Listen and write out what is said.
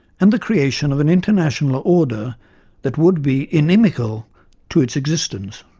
and the creation of an international order that would be inimical to its existence,